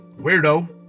weirdo